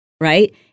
right